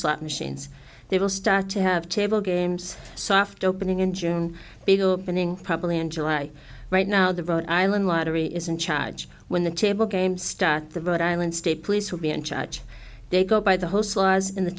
slot machines they will start to have table games soft opening in june big opening probably in july right now the vote island lottery is in charge when the table games start the rhode island state police will be in charge they go by the host laws in the